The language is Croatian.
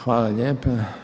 Hvala lijepa.